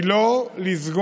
היא לא לסגור,